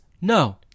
No